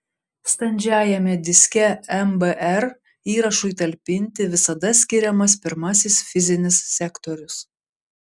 standžiajame diske mbr įrašui talpinti visada skiriamas pirmasis fizinis sektorius